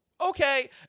Okay